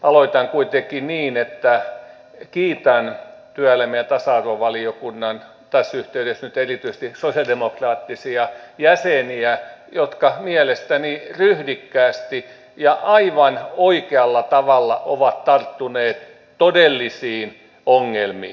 aloitan kuitenkin niin että kiitän työelämä ja tasa arvovaliokunnan tässä yhteydessä nyt erityisesti sosialidemokraattisia jäseniä jotka mielestäni ryhdikkäästi ja aivan oikealla tavalla ovat tarttuneet todellisiin ongelmiin